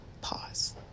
pause